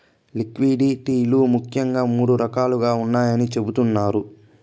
liquidity లు ముఖ్యంగా మూడు రకాలుగా ఉన్నాయని చెబుతున్నారు